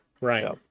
Right